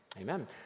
Amen